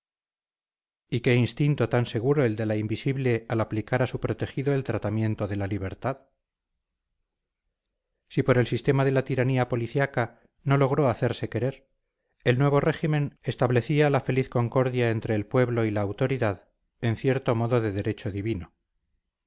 y qué instinto tan seguro el de la invisible al aplicar a su protegido el tratamiento de la libertad si por el sistema de la tiranía policiaca no logró hacerse querer el nuevo régimen establecía la feliz concordia entre el pueblo y la autoridad en cierto modo de derecho divino